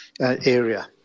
area